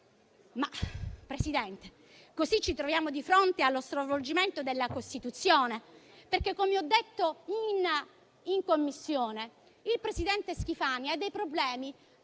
Presidente, così però ci troviamo di fronte allo stravolgimento della Costituzione perché, come ho detto in Commissione, il presidente Schifani ha dei problemi